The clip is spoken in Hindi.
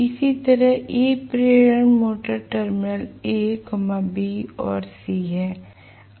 इसी तरह ये प्रेरण मोटर टर्मिनल a b और c हैं